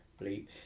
bleep